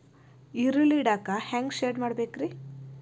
ಈರುಳ್ಳಿ ಇಡಾಕ ಹ್ಯಾಂಗ ಶೆಡ್ ಮಾಡಬೇಕ್ರೇ?